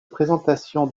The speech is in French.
présentation